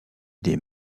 des